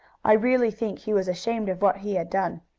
i really think he was ashamed of what he had done.